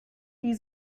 die